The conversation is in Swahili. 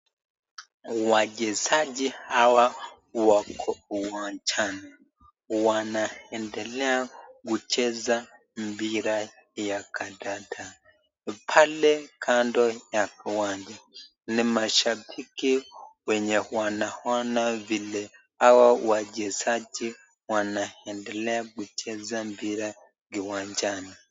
Wachezaji hawa wako uwanjani wanaendelea kucheza mpira ya kandanda. Pale kando ya uwanja ni mashabiki wenye wanaona vile hawa wachezaji wanaendelea kucheza mpira kiwanjani.